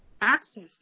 access